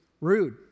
Rude